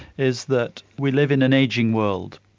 is that we live in an ageing world.